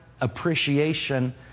appreciation